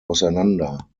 auseinander